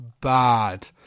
bad